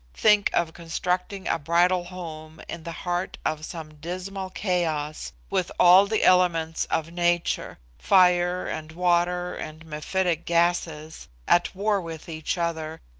think of constructing a bridal home in the heart of some dismal chaos, with all the elements of nature, fire and water, and mephitic gases, at war with each other,